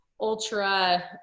ultra